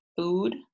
food